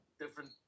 different